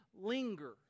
linger